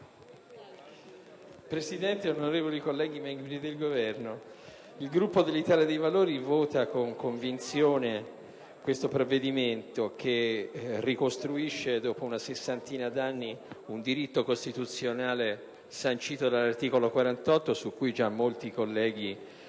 Presidente, onorevoli colleghi, membri del Governo, il Gruppo dell'Italia dei Valori vota con convinzione questo provvedimento che ricostruisce, dopo una sessantina d'anni, un diritto costituzionale sancito dell'articolo 48, su cui già molti colleghi